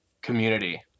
community